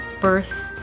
birth